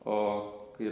o kai